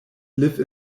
live